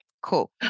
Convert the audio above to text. Cool